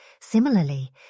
Similarly